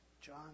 John